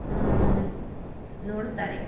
ನೋಡ್ತಾರೆ